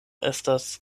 estas